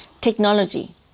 technology